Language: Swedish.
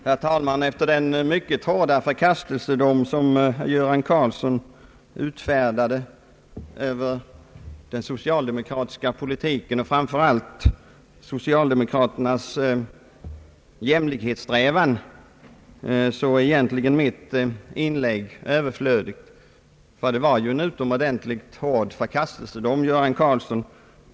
Herr talman! Efter den mycket hårda förkastelsedom som herr Göran Karlsson utfärdade över den socialdemokratiska politiken och framför allt över socialdemokraternas jämlikhetssträvanden, är mitt inlägg egentligen överflödigt. Ty det var verkligen en utomordentligt hård dom, herr Karlsson!